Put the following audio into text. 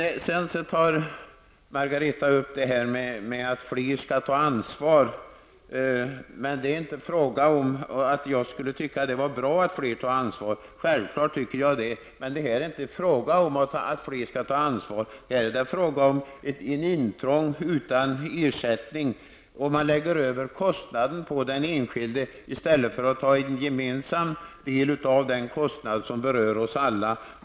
Margareta Winberg tog upp detta med att fler skall ta ansvar. Det är inte fråga om att jag inte tycker att det vore bra om flera tog ansvar. Självfallet tycker jag att det vore bra, men här är det fråga om ett intrång utan ersättning. Man lägger över kostnaden på den enskilde i stället för att ta ett gemensamt ansvar för den kostnad som berör oss alla.